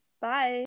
Bye